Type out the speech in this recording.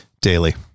Daily